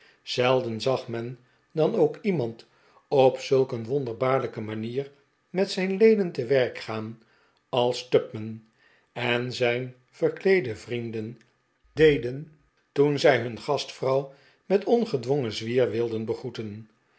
zelden zag men dan ook iemand op zulk een wonderbaarlijke manier met zijn leden te werk gaan als tupman en zijn verkleede vrienden deden toen zij hun gastvrouw met ongedwongen zwier wilden begroeten